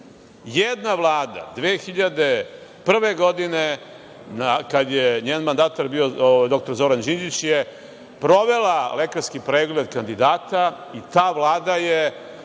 Jedna Vlada 2001. godine kada je njen mandatar bio dr Zoran Đinđić je provela lekarski pregled kandidata i ta Vlada je,